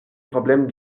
problèmes